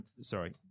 sorry